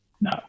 No